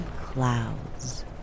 clouds